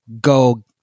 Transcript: go